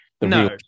No